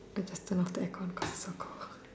they just turned off the aircon cause so cold